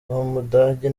w’umudage